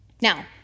Now